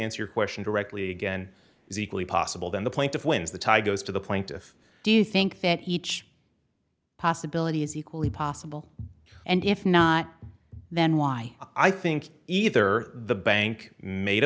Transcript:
answer your question directly again is equally possible then the plaintiff wins the tigers to the plaintiff do you think that each possibility is equally possible and if not then why i think either the bank made a